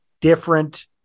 different